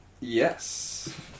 Yes